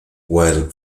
while